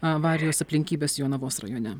avarijos aplinkybes jonavos rajone